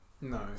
No